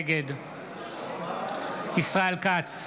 נגד ישראל כץ,